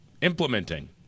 implementing